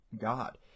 God